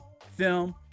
film